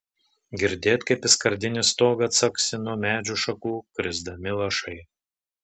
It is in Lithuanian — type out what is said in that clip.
girdėt kaip į skardinį stogą caksi nuo medžių šakų krisdami lašai